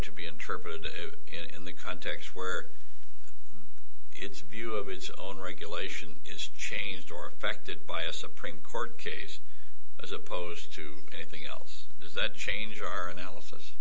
to be interpreted in the context where it's view of it's own regulation changed or affected by a supreme court case as opposed to anything else that changed our analysis